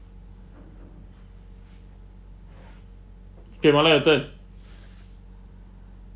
kay mannah your turn